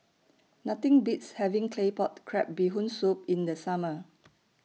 Nothing Beats having Claypot Crab Bee Hoon Soup in The Summer